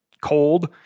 Cold